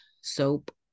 soap